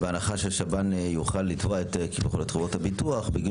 שבהנחה שהשב"ן יוכל לתבוע את חברות הביטוח בגין